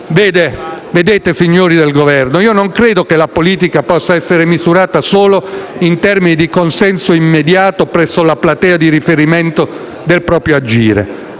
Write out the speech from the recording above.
Vedete, signori del Governo, io non credo che la politica possa essere misurata solo in termini di consenso immediato presso la platea di riferimento del proprio agire.